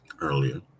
earlier